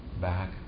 Back